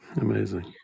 Amazing